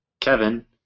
Kevin